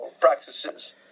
practices